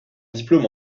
diplôme